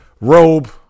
robe